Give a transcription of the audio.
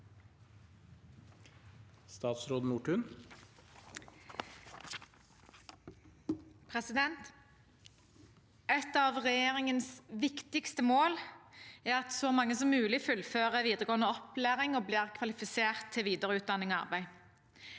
Nessa Nordtun Ett av re- gjeringens viktigste mål er at så mange som mulig fullfører videregående opplæring og blir kvalifisert til videre utdanning og arbeid.